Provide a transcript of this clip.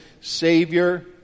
Savior